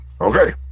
Okay